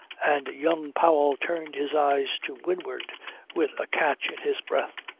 and young powell turned his eyes to windward with a catch in his breath.